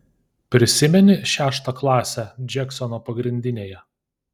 prisimeni šeštą klasę džeksono pagrindinėje